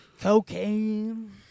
cocaine